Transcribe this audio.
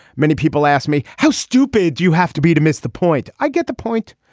many people asked me how stupid do you have to be to miss the point. i get the point.